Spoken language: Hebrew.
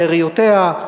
שאריותיה,